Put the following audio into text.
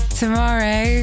tomorrow